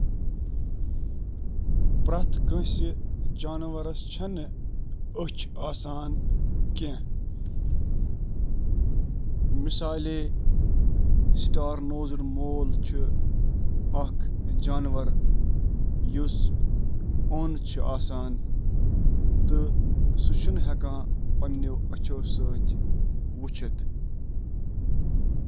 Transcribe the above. یہِ گژھہِ زانُن زِ پرٛٮ۪تھ جانورَس چھنہٕ أچھ آسان۔ تقریباً نَمتھ شیٚیہِ, فیصد جانورن ہٕنٛز بادشٲہی منٛز چھِ آپٹیکل سسٹم وچھنہٕ خٲطرٕ استعمال گژھان۔